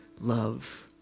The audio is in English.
love